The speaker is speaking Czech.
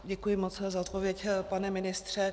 Děkuji moc za odpověď, pane ministře.